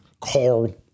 Carl